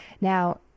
Now